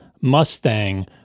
Mustang